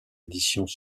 éditions